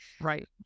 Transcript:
right